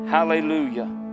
Hallelujah